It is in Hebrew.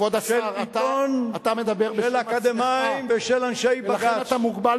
של עיתון, של אקדמאים ושל אנשי בג"ץ.